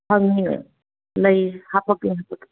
ꯐꯪꯏ ꯂꯩ ꯍꯥꯞꯄꯛꯀꯦ ꯍꯥꯞꯄꯛꯀꯦ